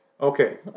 okay